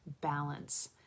balance